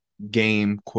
game